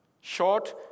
Short